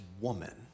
woman